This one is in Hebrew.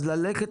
אז ללכת,